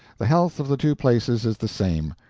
the health of the two places is the same.